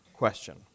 Question